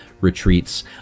retreats